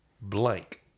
blank